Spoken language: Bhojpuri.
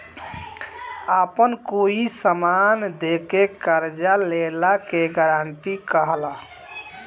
आपन कोई समान दे के कर्जा लेला के गारंटी कहला